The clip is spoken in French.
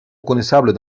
reconnaissables